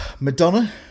Madonna